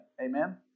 Amen